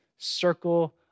Circle